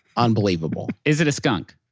unbelievable is it a skunk?